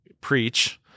preach